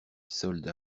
soldes